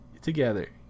together